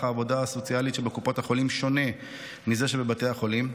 העבודה הסוציאלית שבקופות החולים שונה מזה שבבתי החולים,